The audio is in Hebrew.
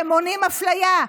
שמונעים אפליה.